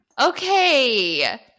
Okay